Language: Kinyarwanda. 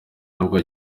n’ubwo